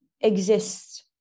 exists